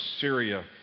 Syria